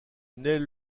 naît